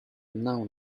know